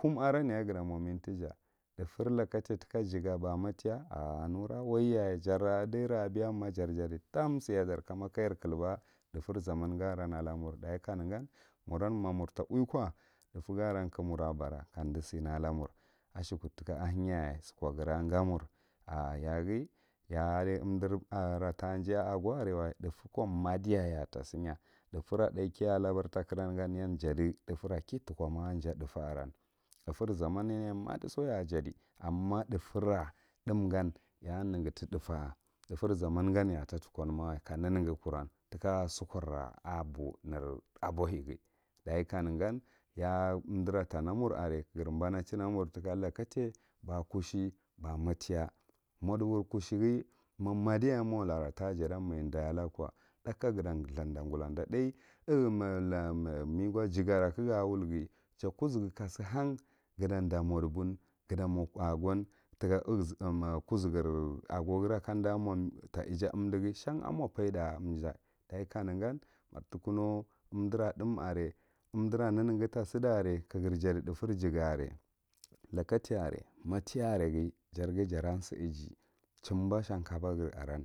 kum aran yaye gata mo mintija thufir lakatai tika jaga ba matiya ar nura waiyaye jarra ɗara abiyam jar ja ɗi dum siya dar kuma ka jar kilba thufa zaman ga aran a la mur dachi kanegan muran ma mur ta uwi ko th’fur ga aran ka mur la bara kamda si nala mur a shekwuɗɗ tika ahenyayaye suko gghara ga muuri a yaghi ya ardi udir a ra tajay agou are wauj thu’fu ko ma ɗiyaye ya ta siyyah, thufura ka a labar ta kuran gan yan jati thu”fu ki tukomaa ar ja thufu aron thufu zaman yan madiso ya a jachi ama thu’fu thum gan ya’an nega ti thufa a anna thu, far zaman gan ya a tatukon. Mawa ka neneghi kuran tika sukorra a bun er abohighi ɗachi ka negan iyaa umɗara ta namur are ka grr bana chinna mur tika lakadai ba kushe, ba matiya, modur kusheghi ma maiyay mola ra ta jadan maja daye alagukow tha, ka ga ta thigɗath gulan ɗagu thayecu u la mu jayagara ka ga wulghi ja kuzugu ka si han, ga ta ɗah modugun, ga ta mo a a kuzigre agoghira kam ɗamo ako ija umɗaghi shan oi mo faoɗac thigh ɗachi ka negan mar tikunnow umdara thum are, tikunow umdara thum are, umdara neneghi tasiɗi are ka gir jadi, thufur jaga are plakatai are matiya are ghi jan ghi jara si ija muba shankabo aran.